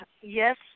yes